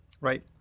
Right